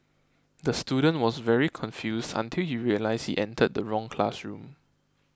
the student was very confused until he realised he entered the wrong classroom